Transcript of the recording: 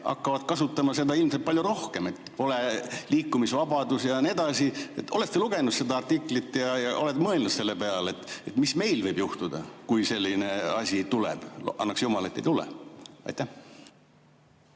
hakkavad kasutama seda ilmselt palju rohkem, et pole liikumisvabadust ja nii edasi. Oled sa lugenud seda artiklit ja oled mõelnud selle peale, et mis meil võib juhtuda, kui selline asi tuleb? Annaks jumal, et ei tule. Hea